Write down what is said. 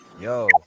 yo